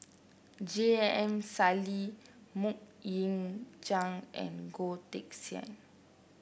J M Sali MoK Ying Jang and Goh Teck Sian